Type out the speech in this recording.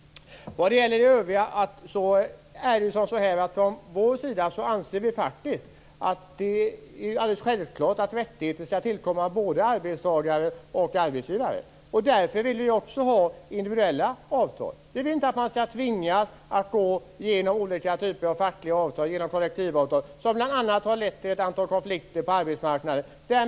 Från moderat sida anser vi att det är alldeles självklart att rättigheter skall tillkomma både arbetstagare och arbetsgivare. Därför vill vi också ha individuella avtal. Vi vill inte att man skall tvingas att gå genom olika typer av fackliga avtal och kollektivavtal som bl.a. har lett till ett antal konflikter på arbetsmarknaden.